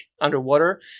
underwater